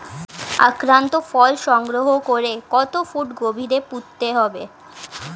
আক্রান্ত ফল সংগ্রহ করে কত ফুট গভীরে পুঁততে হবে?